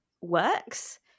works